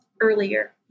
earlier